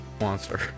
monster